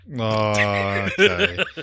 okay